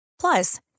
Plus